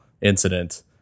incident